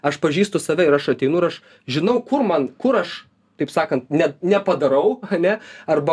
aš pažįstu save ir aš ateinu ir aš žinau kur man kur aš taip sakan ne nepadarau chane arba